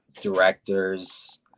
directors